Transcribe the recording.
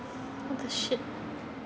what the shit